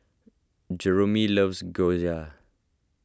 Jeromy loves Gyoza